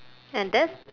and that's